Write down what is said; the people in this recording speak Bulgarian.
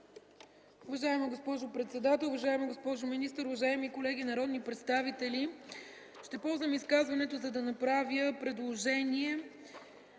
Уважаема госпожо председател, уважаема госпожо министър, уважаеми колеги народни представители! Ще ползвам изказването, за да направя предложение